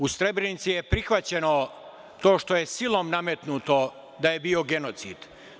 U Srebrenici je prihvaćeno to što je silom nametnuto da je bio genocid.